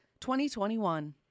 2021